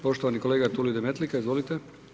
Poštovani kolega Tulio Demetlika, izvolite.